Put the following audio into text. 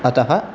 अतः